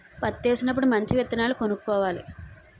పత్తేసినప్పుడు మంచి విత్తనాలు కొనుక్కోవాలి